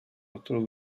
otro